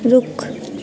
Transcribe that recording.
रुख